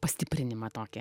pastiprinimą tokį